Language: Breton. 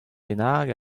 bennak